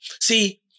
See